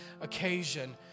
occasion